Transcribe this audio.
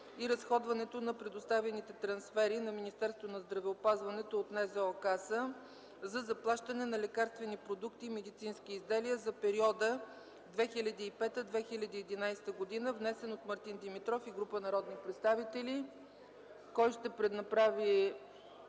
и разходването на предоставените трансфери на Министерството на здравеопазването от НЗОК за заплащане на лекарствени продукти и медицински изделия за периода 2005 2011 г., внесен от Мартин Димитров и група народни представители. Кой ще защити